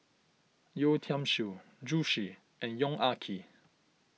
Yeo Tiam Siew Zhu Xu and Yong Ah Kee